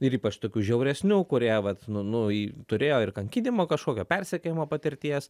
ir ypač tokių žiauresnių kurie vat nu nu į turėjo ir kankinimo kažkokio persekiojimo patirties